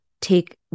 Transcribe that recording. take